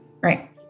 right